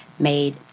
made